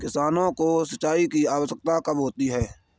किसानों को सिंचाई की आवश्यकता कब होती है?